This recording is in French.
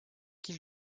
qu’il